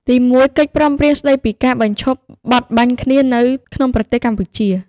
ទីមួយ កិច្ចព្រមព្រៀង ស្តីពីការបញ្ឈប់បទបាញ់គ្នា នៅក្នុងប្រទេសកម្ពុជា។